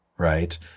Right